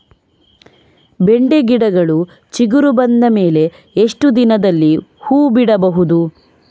ಬೆಂಡೆ ಗಿಡಗಳು ಚಿಗುರು ಬಂದ ಮೇಲೆ ಎಷ್ಟು ದಿನದಲ್ಲಿ ಹೂ ಬಿಡಬಹುದು?